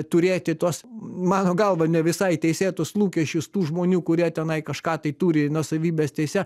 turėti tuos mano galva ne visai teisėtus lūkesčius tų žmonių kurie tenai kažką tai turi nuosavybės teise